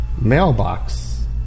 mailbox